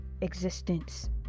existence